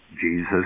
Jesus